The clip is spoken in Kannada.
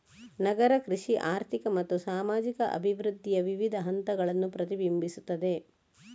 ನಗರ ಕೃಷಿ ಆರ್ಥಿಕ ಮತ್ತು ಸಾಮಾಜಿಕ ಅಭಿವೃದ್ಧಿಯ ವಿವಿಧ ಹಂತಗಳನ್ನು ಪ್ರತಿಬಿಂಬಿಸುತ್ತದೆ